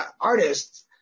artists